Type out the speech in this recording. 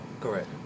Correct